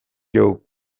dugu